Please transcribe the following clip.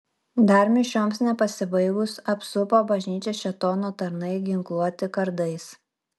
dar mišioms nepasibaigus apsupo bažnyčią šėtono tarnai ginkluoti kardais